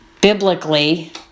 biblically